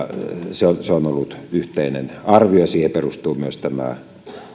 se on se on ollut yhteinen arvio ja siihen perustuu myös tämä